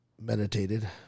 meditated